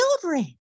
children